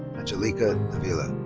angelica davila.